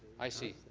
i see.